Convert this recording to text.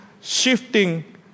shifting